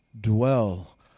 dwell